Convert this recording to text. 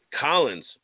Collins